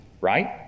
right